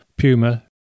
puma